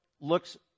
looks